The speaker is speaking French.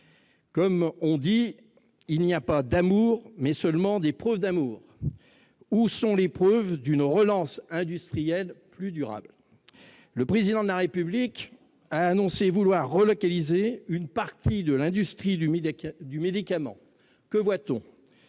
l'économie. Il n'y a pas d'amour, seulement des preuves d'amour ! Où sont les preuves d'une relance industrielle plus durable ? Le Président de la République a annoncé vouloir relocaliser une partie de l'industrie du médicament. Que voit-on ?